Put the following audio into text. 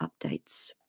updates